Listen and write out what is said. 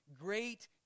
great